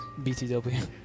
BTW